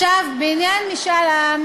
בעניין חוק משאל העם